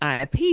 IP